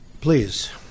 Please